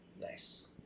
Nice